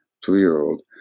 two-year-old